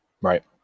Right